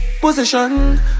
position